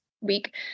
week